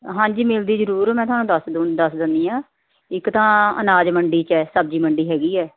ਹਾਂਜੀ ਮਿਲਦੀ ਜ਼ਰੂਰ ਮੈਂ ਤੁਹਾਨੂੰ ਦੱਸ ਦੂ ਦੱਸ ਦਿੰਦੀ ਹਾਂ ਇੱਕ ਤਾਂ ਅਨਾਜ ਮੰਡੀ 'ਚ ਹੈ ਸਬਜ਼ੀ ਮੰਡੀ ਹੈਗੀ ਹੈ